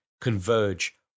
converge